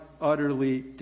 utterly